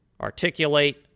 articulate